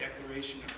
declaration